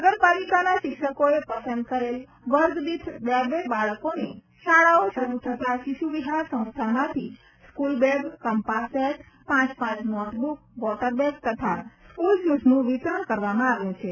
નગરપાલિકાના શિક્ષકોએ પસંદ કરેલ વર્ગદીઠ બે બે બાળકોને શાળાઓ શરૂ થતાં શિશ્વવિહાર સંસ્થામાંથી સ્ક્લબેગ કંપાસ સેટ પ પ નોટબ્રર વોટરબેગ તથા સ્ક્લશૂઝનું વિતરણ કરવામાં આવ્યું છે